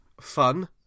fun